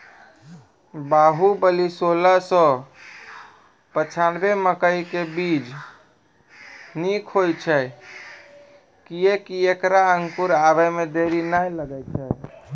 बाहुबली सोलह सौ पिच्छान्यबे मकई के बीज निक होई छै किये की ऐकरा अंकुर आबै मे देरी नैय लागै छै?